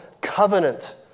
covenant